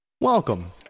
Welcome